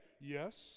Yes